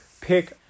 Pick